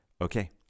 Okay